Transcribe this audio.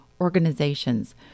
Organizations